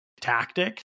tactic